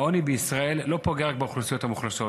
העוני בישראל לא רק פוגע באוכלוסיות המוחלשות,